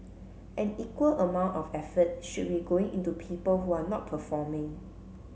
an equal amount of effort should be going into people who are not performing